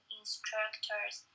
instructors